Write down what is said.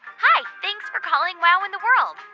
hi. thanks for calling wow in the world.